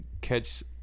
Catch